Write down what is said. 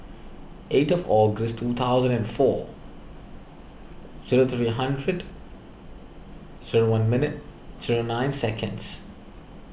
eight of August two thousand and four zero three hundred zero one minute zero nine seconds